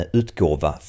utgåva